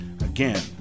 again